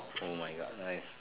oh my god nice